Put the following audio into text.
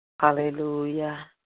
Hallelujah